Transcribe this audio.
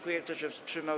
Kto się wstrzymał?